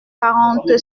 quarante